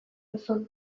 duzun